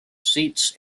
seats